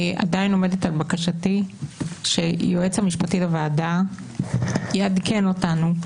אני עדיין עומדת על בקשתי שהיועץ המשפטי לוועדה יעדכן אותנו,